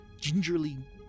gingerly